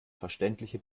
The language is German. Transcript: verständliche